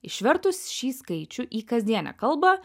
išvertus šį skaičių į kasdienę kalbą